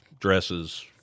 dresses